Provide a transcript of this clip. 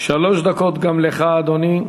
שלוש דקות גם לך, אדוני.